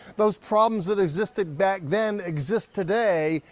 those problems that existed back then exist today,